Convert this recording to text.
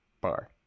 bar